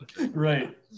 right